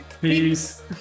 Peace